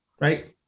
right